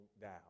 down